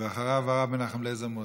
אחריו, חבר הכנסת אליעזר מוזס.